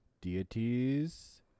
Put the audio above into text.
Deities